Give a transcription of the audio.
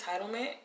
entitlement